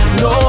no